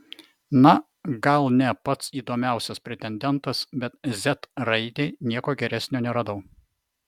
na gal ne pats įdomiausias pretendentas bet z raidei nieko geresnio neradau